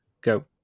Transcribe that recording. go